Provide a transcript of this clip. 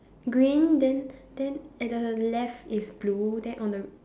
green then then at the left is blue then on the